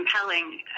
compelling